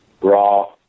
raw